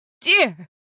dear